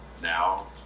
Now